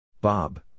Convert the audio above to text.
Bob